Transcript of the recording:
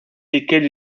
lesquels